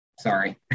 Sorry